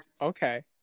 Okay